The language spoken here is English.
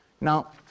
Now